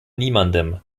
niemandem